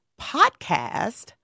podcast